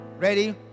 Ready